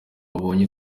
wayoboye